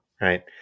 right